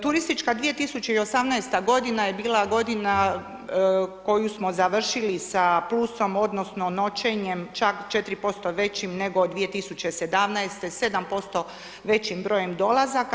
Turistička 2018. godina je bila godina koju smo završili sa plusom, odnosno noćenjem čak 4% većim nego 2017., 7% većim brojem dolazaka.